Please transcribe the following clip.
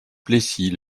plessis